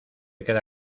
queda